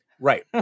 Right